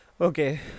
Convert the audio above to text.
Okay